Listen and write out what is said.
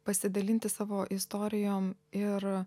pasidalinti savo istorijom ir